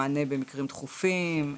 מענה במקרים דחופים,